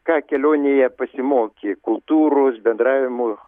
ką kelionėje pasimokė kultūros bendravimo